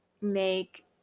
make